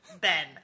Ben